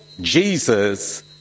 Jesus